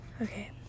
Okay